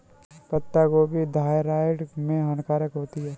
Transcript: पत्ता गोभी थायराइड में हानिकारक होती है